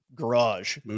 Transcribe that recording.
Garage